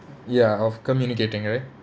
ya of communicating right